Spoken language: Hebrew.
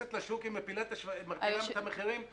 כי כל טונה כזאת שכנסת לשוק היא מפילה את המחירים בעשרות אחוזים.